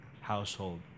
household